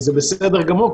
זה בסדר גמור,